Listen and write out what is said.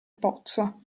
pozzo